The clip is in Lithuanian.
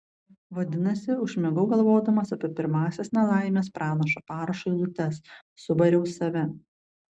vadinasi užmigau galvodamas apie pirmąsias nelaimės pranašo parašo eilutes subariau save